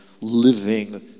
living